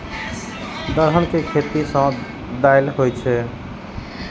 दलहन के खेती सं दालि होइ छै